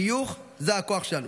חיוך זה הכוח שלנו.